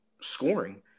scoring